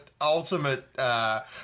ultimate